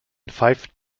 pfeift